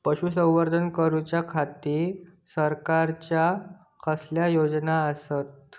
पशुसंवर्धन करूच्या खाती सरकारच्या कसल्या योजना आसत?